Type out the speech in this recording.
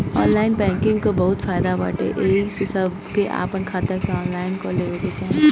online banking कअ बहुते फायदा बाटे एही से सबके आपन खाता के ऑनलाइन कअ लेवे के चाही